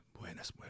buenas